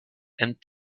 and